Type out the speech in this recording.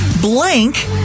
Blank